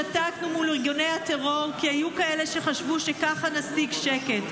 שתקנו מול ארגוני הטרור כי היו כאלה שחשבו שככה נשיג שקט,